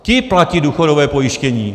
Ti platí důchodové pojištění.